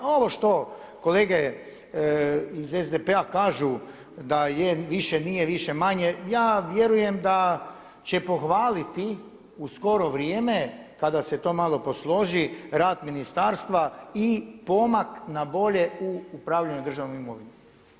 A ovo što kolege iz SDP-a kažu da je, više nije, više-manje ja vjerujem da će pohvaliti u skoro vrijeme kada se to malo posloži rad ministarstva i pomak na bolje u upravljanju državnom imovinom.